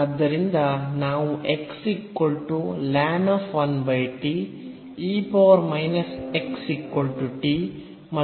ಆದ್ದರಿಂದ ನಾವು ಮತ್ತು ನಂತರ